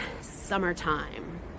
summertime